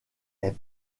est